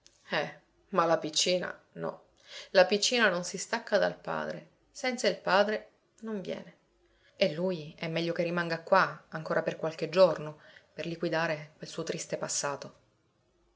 eh ma la piccina no la piccina non si stacca dal padre senza il padre non viene e lui è meglio che rimanga qua ancora per qualche giorno per liquidare quel suo triste passato